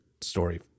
story